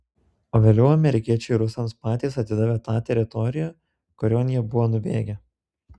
o vėliau amerikiečiai rusams patys atidavė tą teritoriją kurion jie buvo nubėgę